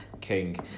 King